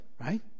right